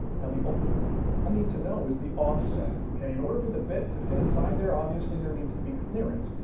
now the ah and need to need is the offset, kay? in order for the bit to fit inside there, obviously there needs to be clearance.